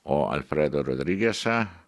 o alfredo rodrigesą